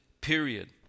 period